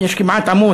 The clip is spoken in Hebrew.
יש כמעט עמוד,